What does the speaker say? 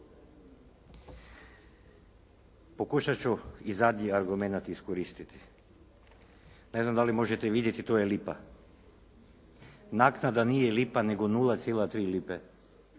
Pokušat ću i zadnji argumenat iskoristiti. Ne znam da li možete vidjeti to je lipa. Naknada nije lipa, nego 0,3 lipe.